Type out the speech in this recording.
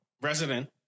Resident